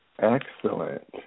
Excellent